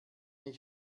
ich